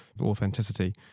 authenticity